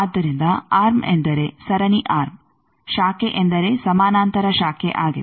ಆದ್ದರಿಂದ ಆರ್ಮ್ ಎಂದರೆ ಸರಣಿ ಆರ್ಮ್ ಶಾಖೆ ಎಂದರೆ ಸಮಾನಾಂತರ ಶಾಖೆ ಆಗಿದೆ